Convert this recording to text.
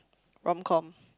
romcom